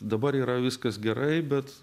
dabar yra viskas gerai bet